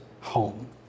home